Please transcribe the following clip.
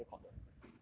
她是 mediacorp 的